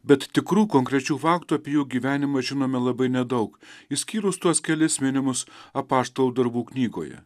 bet tikrų konkrečių faktų apie jų gyvenimą žinome labai nedaug išskyrus tuos kelis minimus apaštalų darbų knygoje